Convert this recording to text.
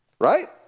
Right